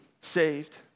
saved